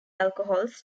alcohols